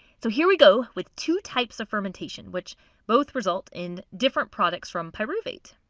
so here we go with two types of fermentation which both result in different products from pyruvate.